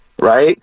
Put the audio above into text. Right